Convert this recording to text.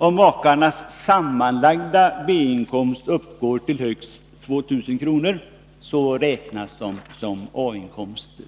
Om makarnas sammanlagda B-inkomster uppgår till högst 2000 kr. räknas de som A inkomster.